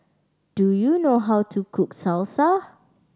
do you know how to cook Salsa